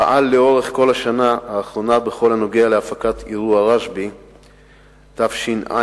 פעל לאורך כל השנה האחרונה בכל הנוגע להפקת אירועי רשב"י תש"ע